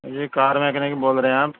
اجی car mechanic بول رہے ہیں آپ